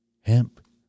Hemp